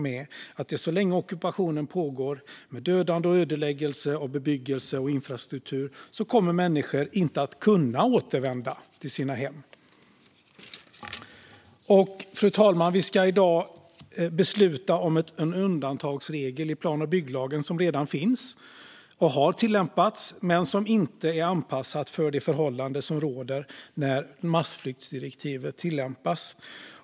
Men så länge ockupationen pågår, med dödande och ödeläggelse av bebyggelse och infrastruktur, kan vi räkna med att människor inte kommer att kunna återvända till sina hem. Fru talman! Vi ska i dag fatta beslut angående en undantagsregel i plan och bygglagen som redan finns och har tillämpats, men som inte är anpassad för det förhållande som råder när massflyktsdirektivet tillämpas.